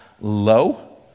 low